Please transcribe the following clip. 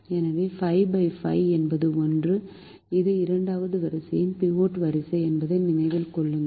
எனவே 55 என்பது 1 இது இரண்டாவது வரிசை பிவோட் வரிசை என்பதை நினைவில் கொள்ளுங்கள்